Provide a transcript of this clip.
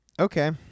Okay